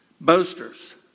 boasters